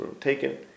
taken